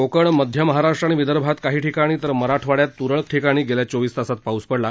कोकण मध्य महाराष्ट्र आणि विदर्भात काही ठिकाणी तर मराठवाड्यात तुरळक ठिकाणी गेल्या चोवीस तासात पाऊस पडला